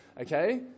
Okay